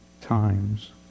times